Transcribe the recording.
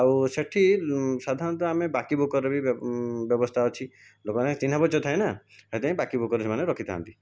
ଆଉ ସେଠି ସାଧାରଣତଃ ଆମେ ବାକିବୁକାର ବି ବ୍ୟବସ୍ଥା ଅଛି ଲୋକମାନେ ଚିହ୍ନା ପରିଚୟ ଥାଏ ନା ସେଥିପାଇଁ ବାକିବୁକାର ସେମାନେ ରଖିଥାନ୍ତି